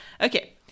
Okay